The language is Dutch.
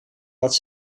dat